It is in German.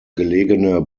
gelegene